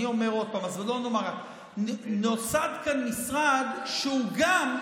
אני אומר עוד פעם, נוסד כאן משרד שהוא גם,